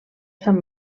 sant